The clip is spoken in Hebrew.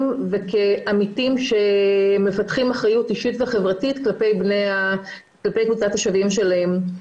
וכעמיתים מפתחים אחריות אישית וחברתית כלפי קבוצת השווים שלהם.